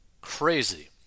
crazy